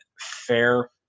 fair